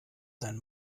sein